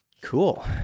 cool